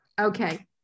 Okay